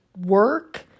work